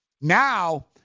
now